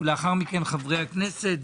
לאחר מכן נשמע את חברי הכנסת.